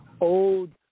old